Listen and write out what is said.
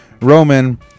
Roman